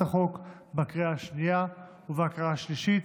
החוק בקריאה השנייה ובקריאה השלישית